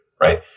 right